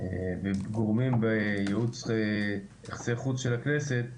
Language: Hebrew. וגורמים ביחסי חוץ של הכנסת,